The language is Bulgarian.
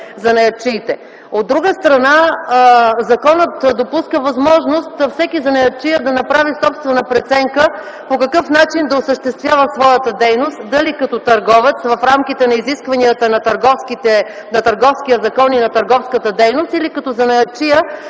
занаятчиите. От друга страна, законът допуска възможност всеки занаятчия да направи собствена преценка по какъв начин да осъществява своята дейност – дали като търговец в рамките на изискванията на Търговския закон и на търговската дейност, или като занаятчия,